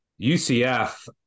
UCF